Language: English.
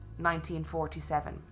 1947